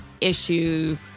issue